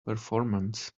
performance